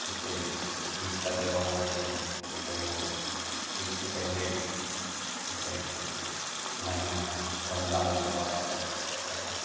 جیسے عید کا تیوہار ہے تو وہ عید سے پہلے جیسے مہینہ رمضان المبارک کا جسے کہتے ہیں